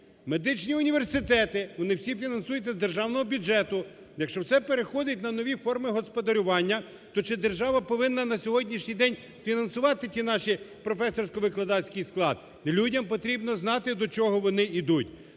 Медичні університети, вони всі фінансуються з державного бюджету, якщо все переходить на нові форми господарювання, то чи держави повинна на сьогоднішній день фінансувати ті наші професорсько-викладацький склад, і людям потрібно знати, до чого вони йдуть.